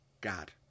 God